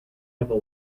devil